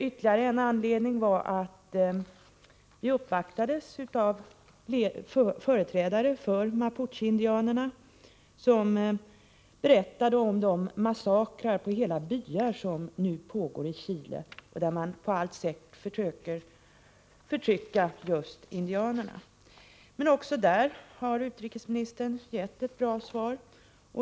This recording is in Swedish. Ytterligare en anledning var att vi uppvaktades av företrädare för mapucheindianerna, som berättade om de massakrer på hela byar som nu pågår i Chile, där man på allt sätt försöker förtrycka just indianerna. Också på den punkten har utrikesministern gett ett bra svar.